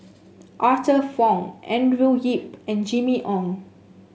Arthur Fong Andrew Yip and Jimmy Ong